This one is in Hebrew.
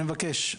אני מבקש.